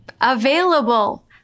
available